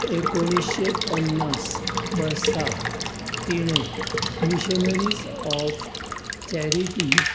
एकोणीशे पन्नास वर्सां तिणें मिशनरीज ऑफ चॅरीटी